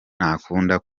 ntakunda